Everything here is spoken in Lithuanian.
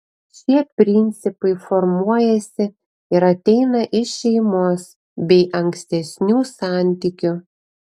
šie principai formuojasi ir ateina iš šeimos bei ankstesnių santykių